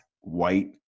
white